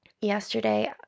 yesterday